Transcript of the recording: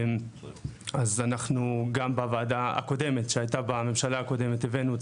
אז אנחנו גם בוועדה הקודמת שהייתה בממשלה הקודמת הבאנו את